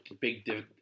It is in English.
big